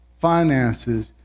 finances